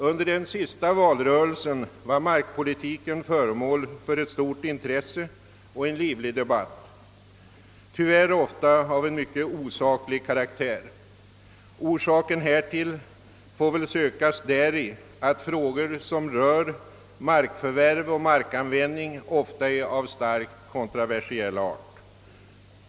Under den senaste valrörelsen var markpolitiken föremål för stort intresse och livlig debatt — tyvärr ofta av mycket osaklig karaktär. Anledningen härtill får väl sökas däri att frågor som rör markförvärv och markanvändning ofta är av starkt kontroversiell art.